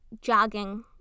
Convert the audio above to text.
jogging